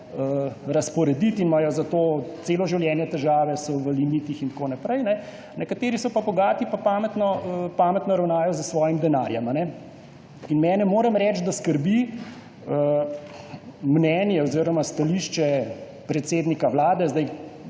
razporediti. Imajo zato celo življenje težave, so v limitih in tako naprej. Nekateri so pa bogati pa pametno ravnajo s svojim denarjem. Mene, moram reči, skrbi mnenje oziroma stališče predsednika vlade.